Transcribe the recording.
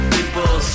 People